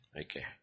Okay